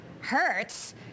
hurts